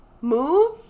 move